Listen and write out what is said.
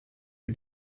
who